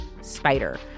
Spider